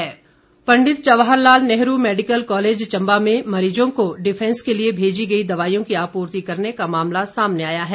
दवाईयां Pandit Jawahar Lal Nehru medical college Chamba में मरीजों को डिफेंस के लिए भेजी गई दवाईयों की आपूर्ति करने का मामला सामने आया है